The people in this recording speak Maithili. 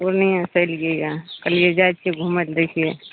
पूर्णिआ से एलिऐ यै कहलिऐ जाइ छियै घूमय लऽ देखिए